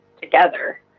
together